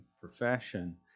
profession